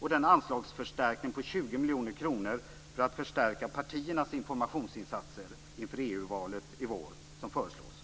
och den anslagsförstärkning på 20 miljoner kronor för att förstärka partiernas informationsinsatser inför EU-valet i vår som föreslås.